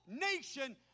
nation